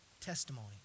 testimony